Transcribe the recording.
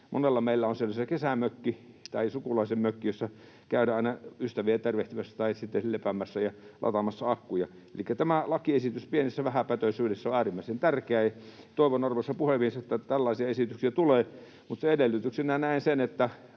monella meillä on siellä se kesämökki tai sukulaisen mökki, jossa käydään aina ystäviä tervehtimässä tai sitten lepäämässä ja lataamassa akkuja. Elikkä tämä lakiesitys pienessä vähäpätöisyydessään on äärimmäisen tärkeä. Toivon, arvoisa puhemies, että tällaisia esityksiä tulee, mutta sen edellytyksenä näen sen, että